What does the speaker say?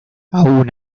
aun